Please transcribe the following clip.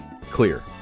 Clear